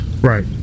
Right